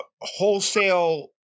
wholesale